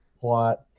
plot